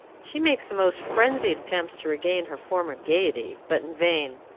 she makes the most frenzied attempts to regain her former gayety, but in vain.